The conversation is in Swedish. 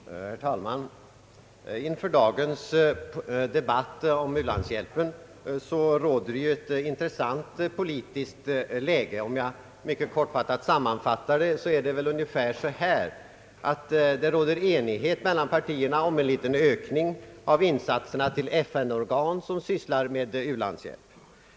Herr talman! Inför dagens debatt om u-landshjälpen råder ett intressant politiskt läge. Om jag mycket kortfattat sammanfattar det, är det väl ungefär på det sättet, att det råder enighet mellan partierna om en liten ökning av insatserna till FN-organ som sysslar med u-landshjälp.